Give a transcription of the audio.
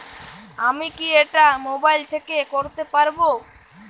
আমি কি এটা মোবাইল থেকে করতে পারবো?